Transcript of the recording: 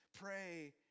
pray